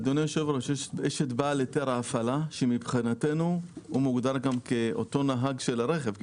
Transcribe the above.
יש את בעל היתר ההפעלה שמבחינתנו הוא מוגדר כאותו נהג של הרכב.